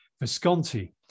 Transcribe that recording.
Visconti